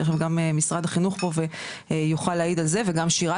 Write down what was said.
תיכף גם משרד החינוך פה יוכל להעיד על זה וגם שירה